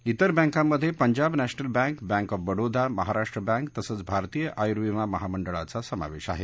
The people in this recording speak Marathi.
इतर बँकांमधे Punjab National Bank Bank of Baroda Maharashtra Bank तसंच भारतीय आयुर्विमा महामंडळाचा समावेश आहे